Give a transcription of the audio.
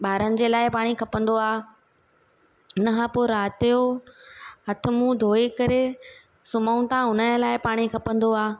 ॿारनि जे लाइ पाणी खपंदो आहे उनखां पोइ राति जो हथु मुंहुं धोई करे सुम्हूं था हुनजे लाइ पाणी खपंदो आहे